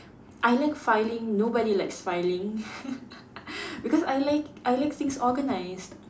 I like filing nobody likes filing because I like I like things organised